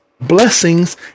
blessings